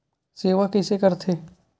सेवा कइसे करथे?